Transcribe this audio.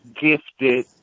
gifted